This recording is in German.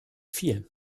viel